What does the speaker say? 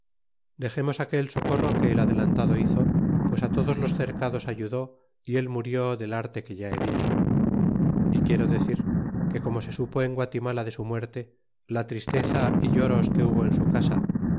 dexemos aquel socorro que el adelantado hizo pues todos los cercados ayudó y el murió del arte que ya he dicho é quiero decir que como se supo en gua iimala de su muerte la tristeza y llores que hubo en su casa